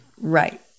Right